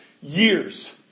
years